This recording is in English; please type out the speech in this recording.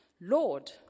Lord